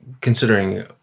considering